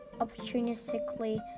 opportunistically